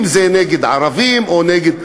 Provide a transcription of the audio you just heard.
אם נגד ערבים או נגד,